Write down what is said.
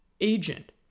agent